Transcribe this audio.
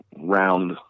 round